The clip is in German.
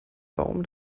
baum